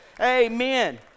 Amen